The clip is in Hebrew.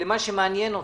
למה שמעניין אותנו.